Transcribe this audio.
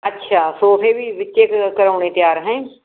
ਅੱਛਾ ਸੋਫੇ ਵੀ ਵਿੱਚੇ ਕ ਕਰਵਾਉਣੇ ਤਿਆਰ ਹੈ